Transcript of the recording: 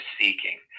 seeking